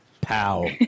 Pow